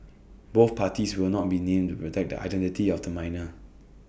both parties will not be named to protect the identity of the minor